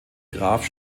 graf